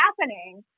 happening